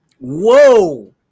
Whoa